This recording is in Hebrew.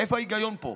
איפה ההיגיון פה?